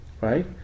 right